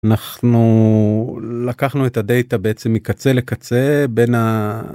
אנחנו לקחנו את הדייטה בעצם מקצה לקצה בין.